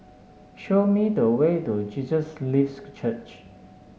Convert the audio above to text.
show me the way to Jesus Lives Church